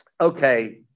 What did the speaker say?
Okay